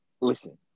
listen